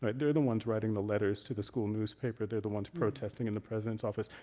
but they're the ones writing the letters to the school newspaper. they're the ones protesting in the president's office.